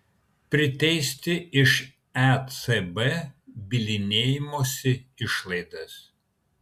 priteisti iš ecb bylinėjimosi išlaidas